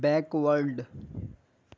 backward